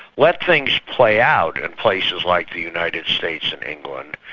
let things play out in places like the united states and england,